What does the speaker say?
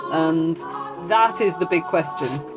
and that is the big question.